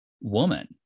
woman